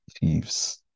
thieves